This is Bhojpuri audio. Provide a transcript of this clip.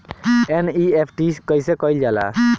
एन.ई.एफ.टी कइसे कइल जाला?